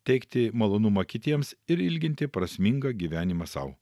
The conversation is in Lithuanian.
teikti malonumą kitiems ir ilginti prasmingą gyvenimą sau